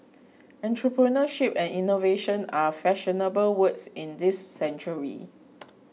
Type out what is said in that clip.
entrepreneurship and innovation are fashionable words in this century